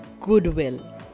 goodwill